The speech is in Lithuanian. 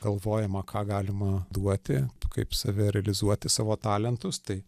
galvojama ką galima duoti kaip save realizuoti savo talentus tai